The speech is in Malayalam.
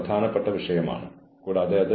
നിങ്ങൾ എവിടെയാണ് വര വരയ്ക്കുന്നത്